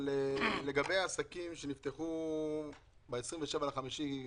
אבל לגבי העסקים שנפתחו ב-27 במאי,